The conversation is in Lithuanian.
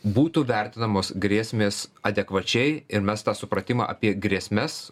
būtų vertinamos grėsmės adekvačiai ir mes tą supratimą apie grėsmes